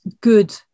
good